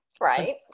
Right